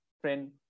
friend